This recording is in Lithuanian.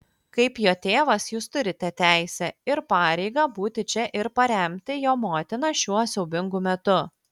kaip jo tėvas jūs turite teisę ir pareigą būti čia ir paremti jo motiną šiuo siaubingu metu